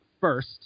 first